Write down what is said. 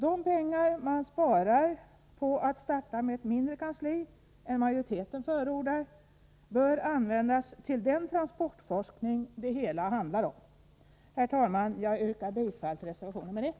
De pengar man sparar på att starta med ett mindre kansli än det majoriteten förordar bör användas till den transportforskning det hela handlar om. Herr talman! Jag yrkar bifall till reservation nr 1.